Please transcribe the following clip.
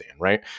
right